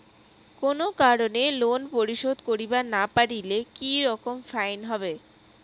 কোনো কারণে লোন পরিশোধ করিবার না পারিলে কি রকম ফাইন হবে?